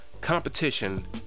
competition